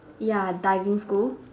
ya diving school